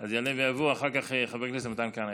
אחריה יעלה ויבוא חבר הכנסת מתן כהנא.